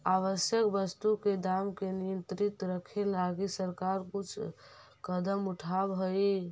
आवश्यक वस्तु के दाम के नियंत्रित रखे लगी सरकार कुछ कदम उठावऽ हइ